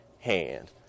hand